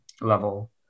level